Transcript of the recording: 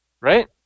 Right